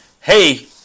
hey